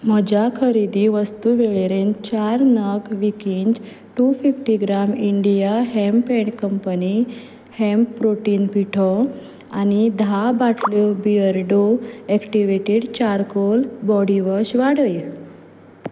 म्हज्या खरेदी वस्तू वेळेरेन चार नग विकींज two fifty gram India hemp and company hemp protein पिठो आनी धा बाटल्यो Beardo activated charcoal body wash वाडय